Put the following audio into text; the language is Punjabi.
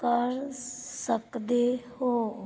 ਕਰ ਸਕਦੇ ਹੋ